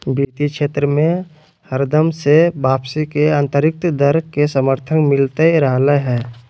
वित्तीय क्षेत्र मे हरदम से वापसी के आन्तरिक दर के समर्थन मिलते रहलय हें